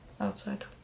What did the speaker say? outside